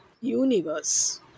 universe